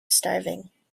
starving